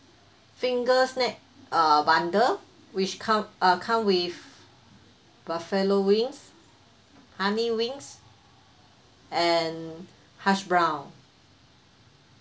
finger snack uh bundle which come uh come with buffalo wings honey wings and hashed brown